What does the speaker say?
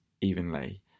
evenly